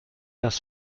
das